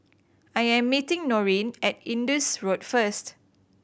I am meeting Norene at Indus Road first